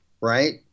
right